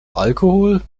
alkohol